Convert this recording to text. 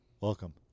Welcome